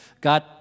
God